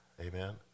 Amen